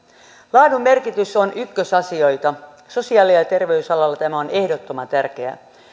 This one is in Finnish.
laadun merkitys on ykkösasioita sosiaali ja ja terveysalalla tämä on ehdottoman tärkeää